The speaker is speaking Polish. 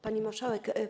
Pani Marszałek!